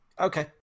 Okay